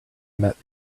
met